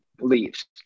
leaves